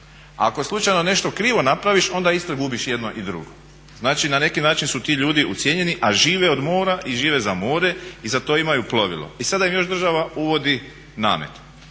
ako slučajno nešto krivo napraviš onda isto gubiš jedno i drugo. Znači na neki način su ti ljudi ucijenjeni a žive od mora i žive za more i za to imaju plovilo. I sad im još država uvodi namet.